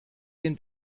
den